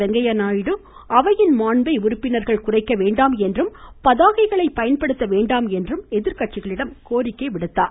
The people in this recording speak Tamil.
வெங்கைய நாயுடு அவையின் மான்பை குறைக்க வேண்டாம் என்றும் பதாகைகளை பயன்படுத்த வேண்டாம் என்றும் எதிர்கட்சிகளிடம் கோரிக்கை விடுத்தார்